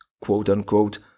quote-unquote